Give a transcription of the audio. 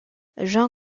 jean